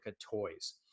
toys